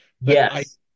Yes